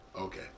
Okay